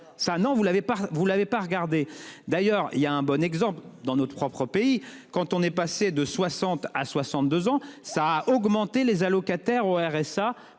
pas, vous l'avez pas regardé. D'ailleurs il y a un bon exemple dans notre propre pays. Quand on est passé de 60 à 62 ans, ça a augmenté les allocataires au RSA.